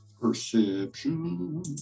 Perception